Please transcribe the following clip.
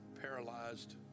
paralyzed